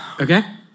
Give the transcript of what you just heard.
Okay